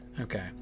Okay